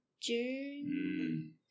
june